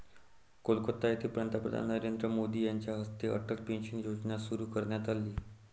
कोलकाता येथे पंतप्रधान नरेंद्र मोदी यांच्या हस्ते अटल पेन्शन योजना सुरू करण्यात आली